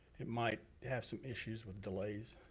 it might have some issues with delays,